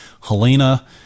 Helena